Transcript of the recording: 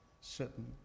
certain